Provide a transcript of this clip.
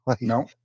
No